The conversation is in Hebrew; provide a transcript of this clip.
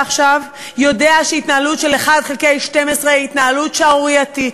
עכשיו יודע שהתנהלות של 1 חלקי 12 היא התנהלות שערורייתית.